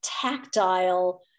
tactile